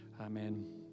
Amen